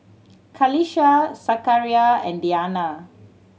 Qalisha Zakaria and Diyana